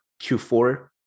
Q4